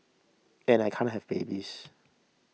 and I can't have babies